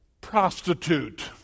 prostitute